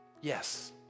Yes